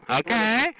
okay